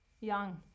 young